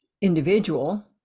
individual